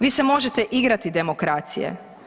Vi se možete igrati demokracije.